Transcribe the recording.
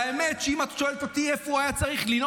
והאמת, אם את שואלת אותי איפה הוא היה צריך להיות,